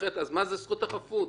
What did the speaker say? אחרת מה זו זכות החפות?